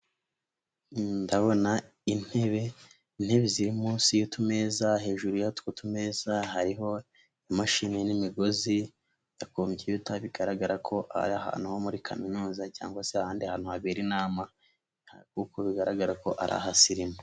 Ndabona intebe, intebe ziri munsi y'utumeza hejuru y'utwo tumeza hariho imashini n'imigozi ya koputa bigara ko ari ahantu ho muri kaminuza cyangwa se ahandi hantu habera inama kuko bigaragara ko ari ahasirimu.